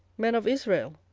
men of israel,